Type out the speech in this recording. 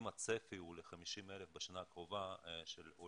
אם הצפי בשנה הקרובה הוא של 50,000